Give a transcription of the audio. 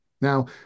Now